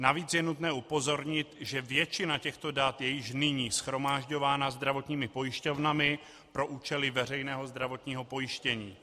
Navíc je nutné upozornit, že většina těchto dat je již nyní shromažďována zdravotními pojišťovnami pro účely veřejného zdravotního pojištění.